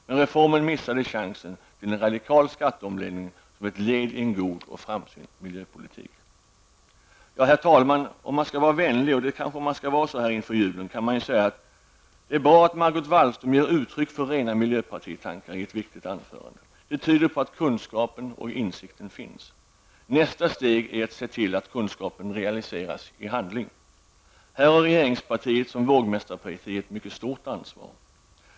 Men reformen missade chansen till en radikal skatteomläggning som ett led i en god och framsynt miljöpolitik. Herr talman! Om man skall vara vänlig, och det skall man kanske vara så här inför julen, kan man ju säga att det är bra att Margot Wallström ger uttryck för rena miljöpartitankar i ett viktigt anförande. Det tyder på att insikten finns. Nästa steg är att se till att kunskapen realiseras i handling. Här har regeringspartiet som vågmästarparti ett mycket stort ansvar.